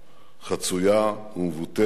חצויה ומבותרת.